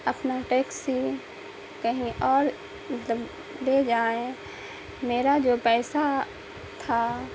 اپنا ٹیکسی کہیں اور مطلب لے جائیں میرا جو پیسہ تھا